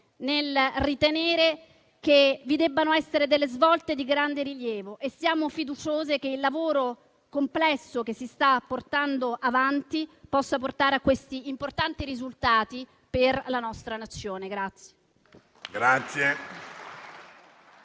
nel ritenere che vi debbano essere svolte di grande rilievo. Siamo fiduciosi che il lavoro complesso che si sta portando avanti possa portare a importanti risultati per la nostra Nazione.